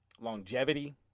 longevity